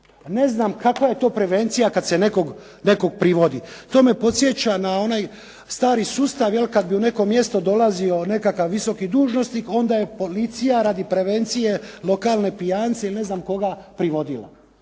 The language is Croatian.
ne znam kakva je to prevencija kad se nekog privodi. To me podsjeća na onaj stari sustav kad bi u neko mjesto dolazio nekakav visoki dužnosnik onda je policija radi prevencije lokalne pijance ili ne znam koga privodila.